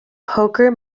poker